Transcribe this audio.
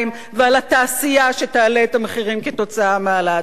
ועל התעשייה שתעלה את המחירים כתוצאה מהעלאת המס.